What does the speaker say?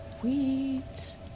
Sweet